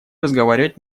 разговаривать